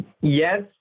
Yes